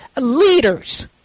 leaders